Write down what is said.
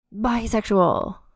bisexual